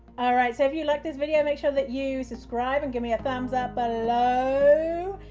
alright, so if you liked this video make sure that you subscribe and give me a thumbs up below,